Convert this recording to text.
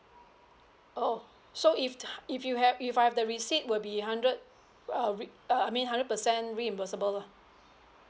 oh so if I if you have if I've the receipt will be hundred uh re~ I mean hundred percent reimbursable lah